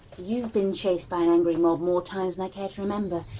you've been chased by an angry mob more times than i care to remember,